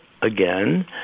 Again